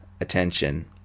attention